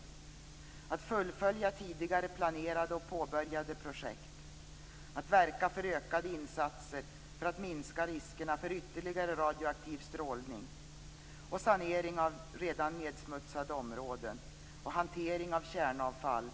Det handlar om att fullfölja tidigare planerade och påbörjade projekt, att verka för ökade insatser för att minska riskerna för ytterligare radioaktiv strålning, att sanera redan nedsmutsade områden och att hantera kärnavfall.